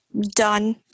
done